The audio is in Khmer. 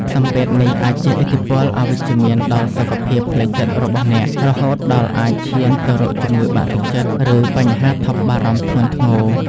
សម្ពាធនេះអាចជះឥទ្ធិពលអវិជ្ជមានដល់សុខភាពផ្លូវចិត្តរបស់អ្នក រហូតដល់អាចឈានទៅរកជំងឺបាក់ទឹកចិត្ត ឬបញ្ហាថប់បារម្ភធ្ងន់ធ្ងរ។